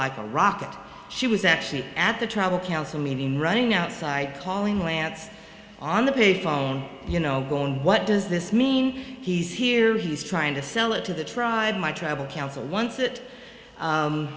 like a rocket she was actually at the travel council meeting running outside calling lance on the pay phone you know going what does this mean he's here he's trying to sell it to the tribe my travel council once it